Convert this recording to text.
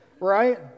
right